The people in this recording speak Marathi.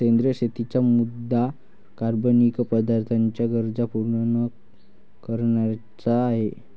सेंद्रिय शेतीचा मुद्या कार्बनिक पदार्थांच्या गरजा पूर्ण न करण्याचा आहे